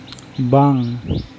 ᱵᱟᱝ